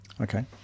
Okay